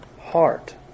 heart